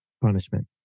punishment